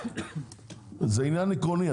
זה עניין עקרוני.